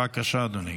בבקשה, אדוני.